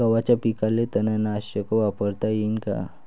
गव्हाच्या पिकाले तननाशक वापरता येईन का?